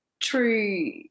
true